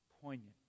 poignant